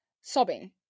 sobbing